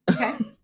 Okay